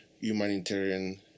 humanitarian